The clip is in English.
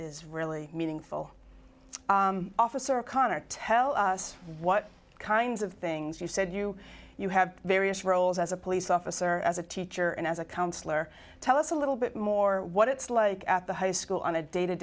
is really meaningful officer connor tell us what kinds of things you said you you have various roles as a police officer as a teacher and as a counsellor tell us a little bit more what it's like at the high school on a day to